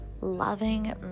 loving